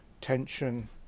tension